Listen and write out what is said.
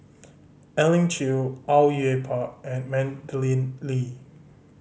Elim Chew Au Yue Pak and Madeleine Lee